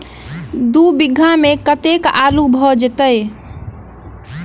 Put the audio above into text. दु बीघा मे कतेक आलु भऽ जेतय?